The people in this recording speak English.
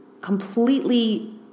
completely